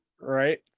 Right